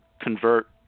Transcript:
convert